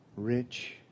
rich